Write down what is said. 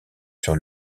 sur